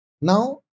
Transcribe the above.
now